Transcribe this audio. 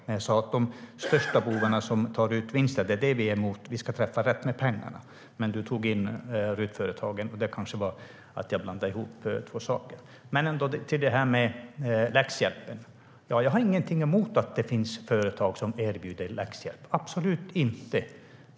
Det jag sa var att vi är emot de största bovarna, som tar ut vinster. Vi ska träffa rätt med pengarna. Penilla Gunther tog upp RUT-företagen, men det var kanske för att jag blandade ihop två saker. När det gäller läxhjälp har jag ingenting emot att det finns företag som erbjuder det - absolut inte.